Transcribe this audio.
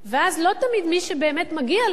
ואז לא תמיד מי שבאמת מגיע לו,